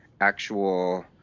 actual